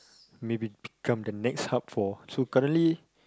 maybe become the next hub for so currently